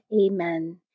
Amen